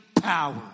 Power